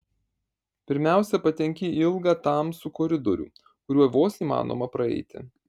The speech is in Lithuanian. pirmiausia patenki į ilgą tamsų koridorių kuriuo vos įmanoma praeiti